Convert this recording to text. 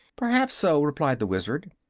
perhaps so, replied the wizard.